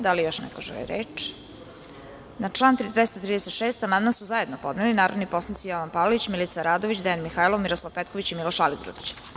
Da li još neko želi reč? (Ne) Na član 236. amandman su zajedno podneli narodni poslanici Jovan Palalić, Milica Radović, Dejan Mihajlov, Miroslav Petković i Miloš Aligrudić.